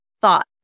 thought